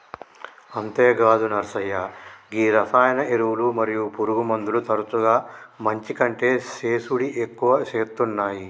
అంతేగాదు నర్సయ్య గీ రసాయన ఎరువులు మరియు పురుగుమందులు తరచుగా మంచి కంటే సేసుడి ఎక్కువ సేత్తునాయి